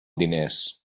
diners